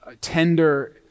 tender